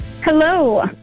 Hello